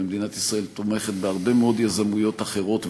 ומדינת ישראל תומכת בהרבה מאוד יזמויות אחרות,